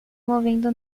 movendo